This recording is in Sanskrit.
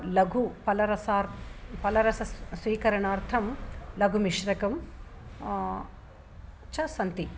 लघुपलरसार्थं पलरसस्वीकरणार्थं लघुमिश्रकं च सन्ति